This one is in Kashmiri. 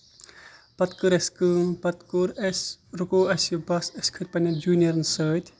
پَتہٕ کٔر اَسہِ کٲم پَتہٕ کوٚر اَسہِ رُکوو اَسہِ یہِ بَس أسۍ کھٔتۍ پَتہٕ پَنٕنٮ۪ن جوٗنیرن سۭتۍ